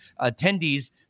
attendees